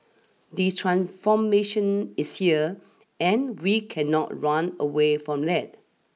the transformation is here and we cannot run away from it